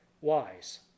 wise